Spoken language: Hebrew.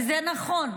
וזה נכון,